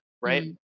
right